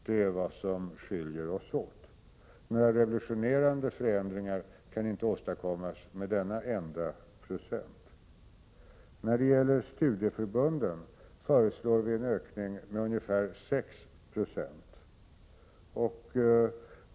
Det är vad som skiljer oss åt. Några revolutionerande förändringar kan inte åstadkommas med denna enda procent. I fråga om studieförbunden föreslår vi en ökning med ungefär 6 90.